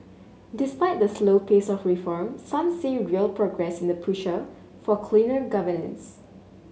despite the slow pace of reform some see real progress in the push a for cleaner governance